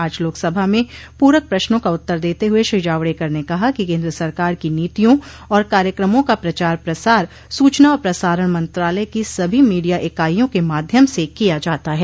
आज लोकसभा में पूरक प्रश्नों का उत्तर देते हुए श्री जावड़ेकर ने कहा कि केंद्र सरकार की नीतियों और कार्यक्रमों का प्रचार प्रसार सूचना और प्रसारण मंत्रालय क सभी मीडिया इकाईयों के माध्यम से किया जाता है